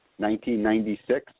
1996